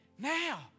Now